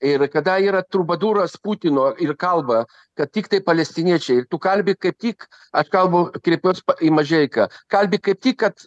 ir kada yra trubadūras putino ir kalba kad tiktai palestiniečiai ir tu kalbi kaip tik aš kalbu kreipiuos į mažeiką kalbi kaip tik kad